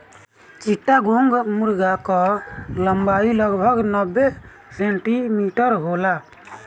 चिट्टागोंग मुर्गा कअ लंबाई लगभग नब्बे सेंटीमीटर होला